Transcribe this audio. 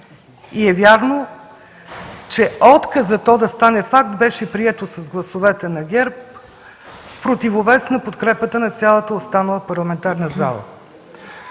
и е вярно, че отказът то да стане факт беше приет с гласовете на ГЕРБ, в противовес на подкрепата на цялата останала парламентарна зала.